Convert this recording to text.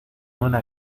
una